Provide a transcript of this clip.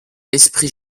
esprit